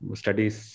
studies